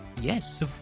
Yes